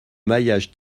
maillage